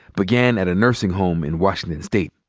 began at a nursing home in washington state.